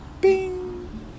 Bing